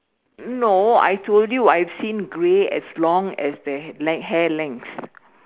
no I told you I have seen grey as long as their length hair length